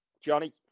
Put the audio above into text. Johnny